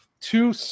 two